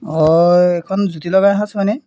অঁ এইখন জুতি লগাই এসাঁজ হয়নে